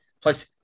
Plus